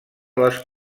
les